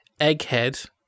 Egghead